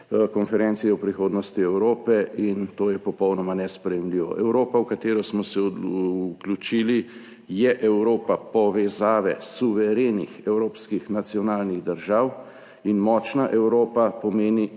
konferenci o prihodnosti Evrope, in to je popolnoma nesprejemljivo. Evropa, v katero smo se vključili, je Evropa povezave suverenih evropskih nacionalnih držav in močna Evropa pomeni